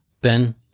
Ben